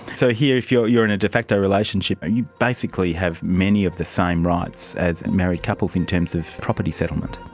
so here, if you you are in a de facto relationship and you basically have many of the same rights as married couples in terms of property settlement.